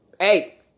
Hey